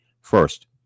first